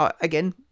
again